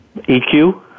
EQ